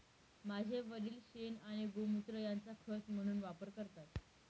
माझे वडील शेण आणि गोमुत्र यांचा खत म्हणून वापर करतात